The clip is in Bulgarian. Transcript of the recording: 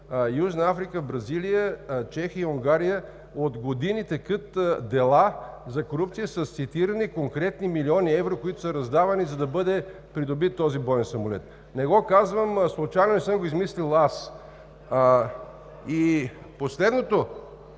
Южна Африка, Бразилия, Чехия и Унгария от години текат дела за корупция с цитирани конкретни милиони евро, които са раздавани, за да бъде придобит този боен самолет. Не го казвам случайно и не съм го измислил аз. И последното,